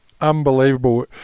unbelievable